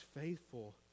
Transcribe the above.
faithful